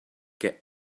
get